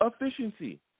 efficiency